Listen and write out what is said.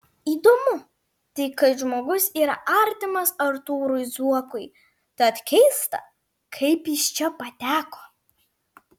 įdomu tai kad žmogus yra artimas artūrui zuokui tad keista kaip jis čia pateko